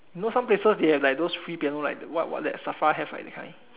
know some places they have like those free piano right like what what that SAFRA have right that kind